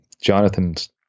Jonathan's